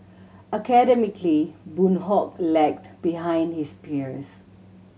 academically Boon Hock lagged behind his peers